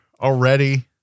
already